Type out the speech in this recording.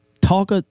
Talk